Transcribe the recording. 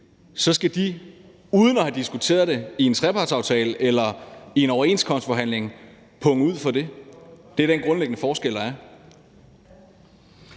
skal de uden at have diskuteret det i en trepartsaftale eller i en overenskomstforhandling punge ud for det. Det er den grundlæggende forskel, der er.